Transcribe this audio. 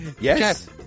Yes